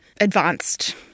advanced